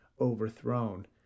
overthrown